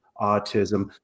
autism